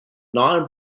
non